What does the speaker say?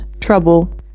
trouble